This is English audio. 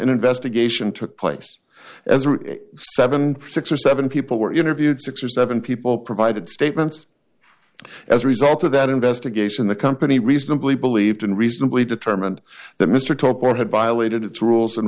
investigation took place as seven six or seven people were interviewed six or seven people provided statements as a result of that investigation the company reasonably believed and reasonably determined that mr top one had violated